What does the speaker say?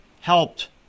helped